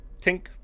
Tink